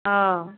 অঁ